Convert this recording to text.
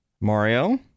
Mario